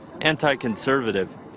anti-conservative